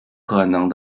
可能